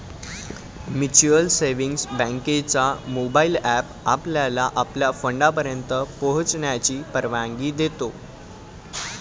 mutual savings बँकेचा mobile app आपल्याला आपल्या फंडापर्यंत पोहोचण्याची परवानगी देतो